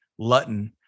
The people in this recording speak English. Lutton